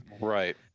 Right